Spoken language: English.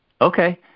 Okay